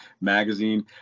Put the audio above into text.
Magazine